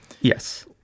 Yes